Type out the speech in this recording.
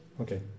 Okay